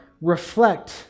reflect